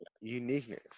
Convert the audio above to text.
uniqueness